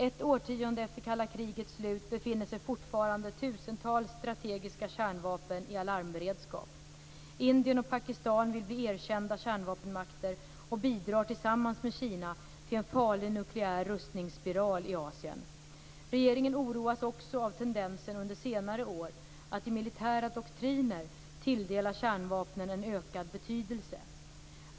Ett årtionde efter kalla krigets slut befinner sig fortfarande tusentals strategiska kärnvapen i alarmberedskap. Indien och Pakistan vill bli erkända kärnvapenmakter och bidrar tillsammans med Kina till en farlig nukleär rustningsspiral i Asien. Regeringen oroas också av tendensen under senare år att i militära doktriner tilldela kärnvapnen en ökad betydelse.